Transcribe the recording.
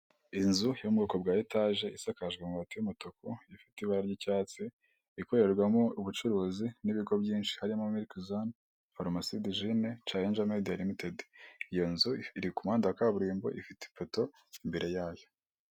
Inzu yo mu bwoko bwa etaje isakajwe amabati y'umutuku ifite ibara ry'icyatsi, ikorerwamo ubucuruzi n'ibigo byinshi harimo mirike zone foromaside jene carenja mediya rimitedi; iyo nzu iri ku muhanda wa kaburimbo ifite ipoto mbere yayo.